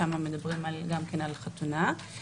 שם מדברים גם כן על חתונה.